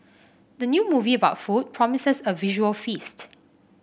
the new movie about food promises a visual feast